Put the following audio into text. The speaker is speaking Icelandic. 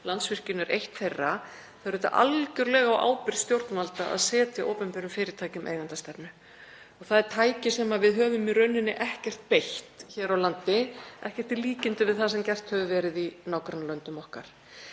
Landsvirkjun er eitt þeirra. Það er auðvitað algjörlega á ábyrgð stjórnvalda að setja opinberum fyrirtækjum eigendastefnu. Það er tæki sem við höfum í rauninni ekkert beitt hér á landi, ekkert í líkingu við það sem gert hefur verið í nágrannalöndum okkar.